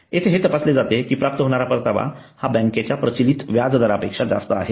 येथे हे तपासले जाते की प्राप्त होणार परतावा हा बँकेच्या प्रचलित व्याज दरापेक्षा जास्त आहे